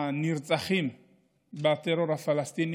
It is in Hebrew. הנרצחים בטרור הפלסטיני